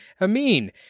Amin